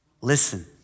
Listen